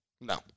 No